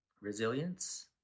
resilience